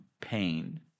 pain